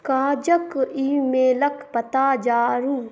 काजके ईमेलके पता जोडू